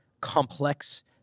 complex